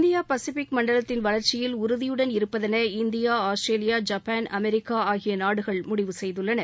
India Pacific மண்டலத்தின் வளர்ச்சியில் உறுதியுடன் இருப்பதென இந்தியா ஆஸ்திரேலியா ஜப்பான் அமெரிக்கா ஆகிய நாடுகள் முடிவு செய்துள்ளன